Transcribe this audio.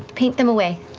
paint them away.